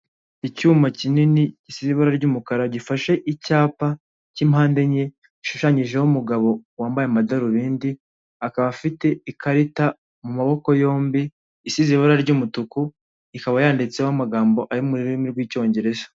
Icyuma kinini gisize ibara ry'umukara gifashe icyapa cy'impandenye gishushanyijeho umugabo wambaye amadarubindi, akaba afite ikarita mu maboko yombi isize ibara ry'umutuku ikaba yanditseho amagambo ari mu rurimi rw'icyongereza.